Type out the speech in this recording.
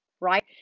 Right